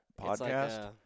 podcast